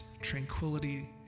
tranquility